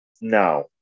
no